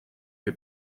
que